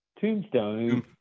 Tombstone